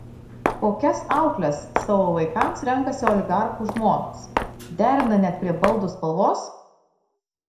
kokias aukles savo vaikams renkasi oligarchų žmonos derina net prie baldų spalvos